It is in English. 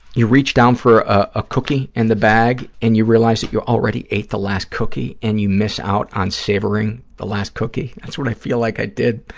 reach down for a cookie in the bag and you realize that you already ate the last cookie and you miss out on savoring the last cookie, that's what i feel like i did,